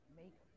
make